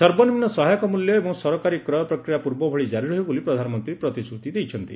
ସର୍ବନିମ୍ନ ସହାୟକ ମୂଲ୍ୟ ଏବଂ ସରକାରୀ କ୍ରୟ ପ୍ରକ୍ରିୟା ପୂର୍ବଭଳି ଜାରି ରହିବ ବୋଲି ପ୍ରଧାନମନ୍ତ୍ରୀ ପ୍ରତିଶୃତି ଦେଇଛନ୍ତି